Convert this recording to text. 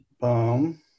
Boom